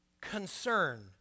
concern